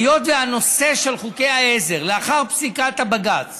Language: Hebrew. היות שלאחר פסיקת בג"ץ